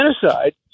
genocide